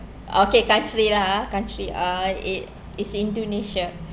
okay country lah ah country uh it is indonesia